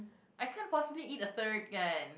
I can't possibly eat a third kan